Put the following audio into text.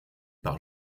par